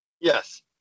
Yes